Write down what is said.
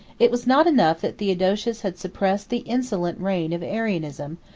it was not enough that theodosius had suppressed the insolent reign of arianism,